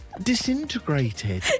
Disintegrated